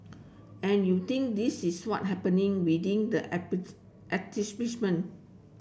and you think this is what happening within the